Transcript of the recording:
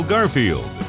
Garfield